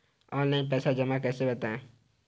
Online पैसा कैसे जमा करें बताएँ?